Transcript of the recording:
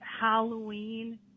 Halloween